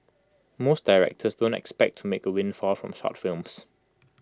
most directors don't expect to make A windfall from short films